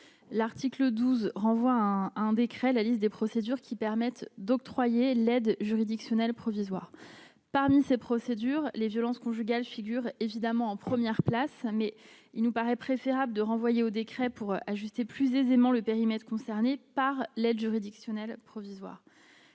l'article 12 renvoie à un décret, la liste des procédures qui permettent d'octroyer l'aide juridictionnelle provisoire parmi ces procédures, les violences conjugales, figure évidemment en première place, mais il nous paraît préférable de renvoyer au décret pour ajuster plus aisément le périmètre concerné par l'aide juridictionnelle provisoire